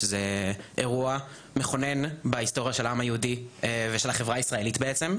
שזה אירוע מכונן בהיסטוריה של העם היהודי ושל החברה הישראלית בעצם,